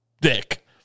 dick